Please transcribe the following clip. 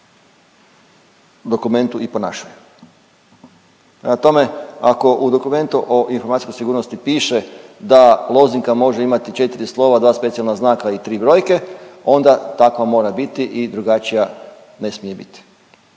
dokumentu i ponaša. Prema tome, ako u dokumentu o informacijskoj sigurnosti piše da lozinka može imati 4 slova, 2 specijalna znaka i 3 brojke, onda takva mora biti i drugačija ne smije biti